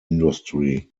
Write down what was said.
industry